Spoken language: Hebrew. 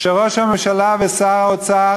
שראש הממשלה ושר האוצר